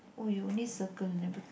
we only circle never tick